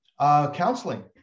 Counseling